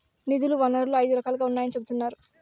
నిధుల వనరులు ఐదు రకాలుగా ఉన్నాయని చెబుతున్నారు